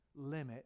limit